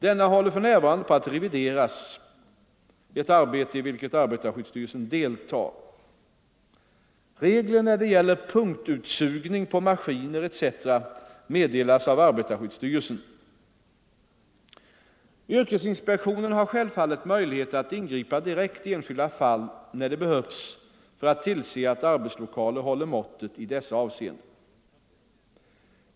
Denna håller för närvarande på att revideras, ett arbete i vilket arbetarskyddsstyrelsen deltar. Regler när det gäller punktutsugning på maskiner etc. meddelas av arbetarskyddsstyrelsen. Yrkesinspektionen har självfallet möjlighet att ingripa direkt i enskilda fall när det behövs för att tillse att arbetslokaler håller måttet i dessa avseenden.